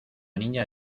niña